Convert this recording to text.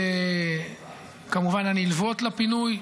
-- שכמובן נלוות לפינוי.